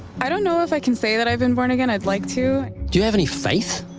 i don't know if i can say that i've been born again. i'd like to. do you have any faith?